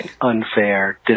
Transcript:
unfair